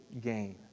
gain